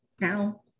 now